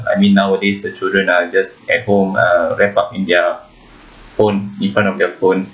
I mean nowadays the children are just at home uh wrapped up in their phone in front of their phone